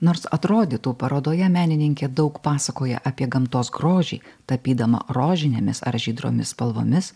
nors atrodytų parodoje menininkė daug pasakoja apie gamtos grožį tapydama rožinėmis ar žydromis spalvomis